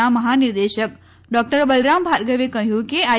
ના મહાનિદેશક ડોક્ટર બલરામ ભાર્ગવે કહ્યું કે આઇ